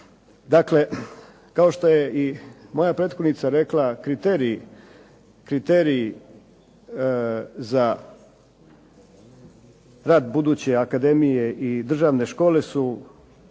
Dakle, kao što je moja prethodnica rekla, kriteriji za rad buduće akademije i državne škole su